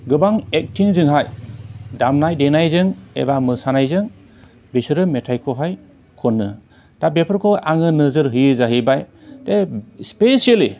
गोबां एकटिंजोंहाय दामनाय देनायजों एबा मोसानायजों बिसोरो मेथाइखौहाय खनो दा बेफोरखौ आङो नोजोर होयो जाहैबाय बे स्पेसियेलि